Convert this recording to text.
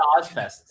OzFest